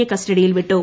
A കസ്റ്റഡിയിൽ വിട്ടു